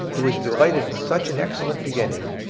who was delighted with such an excellent beginning,